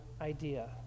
idea